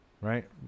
Right